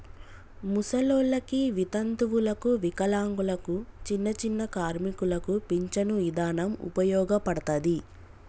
ముసలోల్లకి, వితంతువులకు, వికలాంగులకు, చిన్నచిన్న కార్మికులకు పించను ఇదానం ఉపయోగపడతది